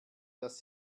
dass